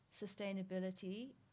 sustainability